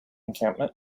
encampment